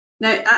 Now